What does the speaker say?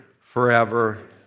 forever